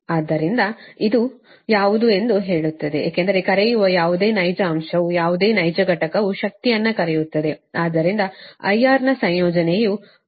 ಆದ್ದರಿಂದ ಇದು ಯಾವುದು ಎಂದು ಹೇಳುತ್ತದೆ ಏಕೆಂದರೆ ಕರೆಯುವ ಯಾವುದೇ ನೈಜ ಅಂಶವು ಯಾವುದೇ ನೈಜ ಘಟಕವು ಶಕ್ತಿಯನ್ನು ಕರೆಯುತ್ತದೆ ಆದ್ದರಿಂದ IR ನ ಸಂಯೋಜನೆಯು 4500kW 10